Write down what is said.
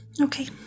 Okay